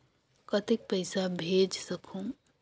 कतेक पइसा भेज सकहुं?